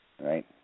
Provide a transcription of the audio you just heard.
right